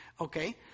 Okay